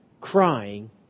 crying